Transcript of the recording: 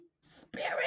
spirit